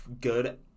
good